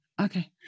Okay